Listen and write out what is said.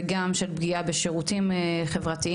וגם של פגיעה בשירותים חברתיים,